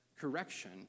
correction